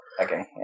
Okay